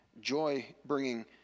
joy-bringing